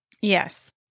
Yes